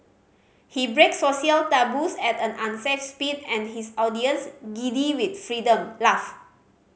he breaks social taboos at an unsafe speed and his audience giddy with freedom laugh